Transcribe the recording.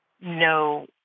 no